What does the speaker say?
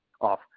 off